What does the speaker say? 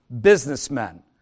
Businessmen